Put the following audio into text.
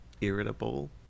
Irritable